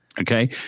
Okay